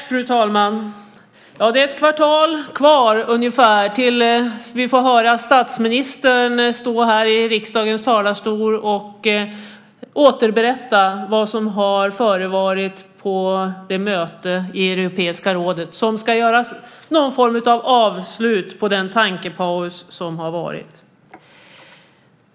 Fru talman! Det är ett kvartal kvar ungefär tills vi får höra statsministern stå här i riksdagens talarstol och återberätta vad som har förevarit på det möte i Europeiska rådet som ska göra någon form av avslut på den tankepaus som har varit.